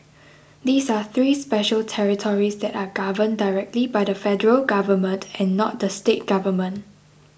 these are three special territories that are governed directly by the Federal Government and not the state government